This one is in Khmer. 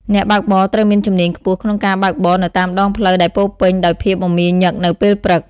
អ្នកបើកបរ ត្រូវមានជំនាញខ្ពស់ក្នុងការបើកបរនៅតាមដងផ្លូវដែលពោរពេញដោយភាពមមាញឹកនៅពេលព្រឹក។